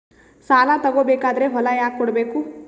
ಸಾಲ ತಗೋ ಬೇಕಾದ್ರೆ ಹೊಲ ಯಾಕ ಕೊಡಬೇಕು?